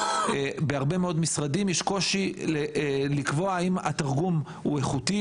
בהרבה מאוד משרדים יש קושי לקבוע האם התרגום איכותי,